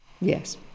yes